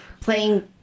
playing